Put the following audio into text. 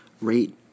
rate